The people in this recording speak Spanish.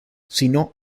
sino